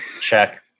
check